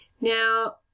now